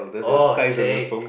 oh !chey!